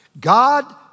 God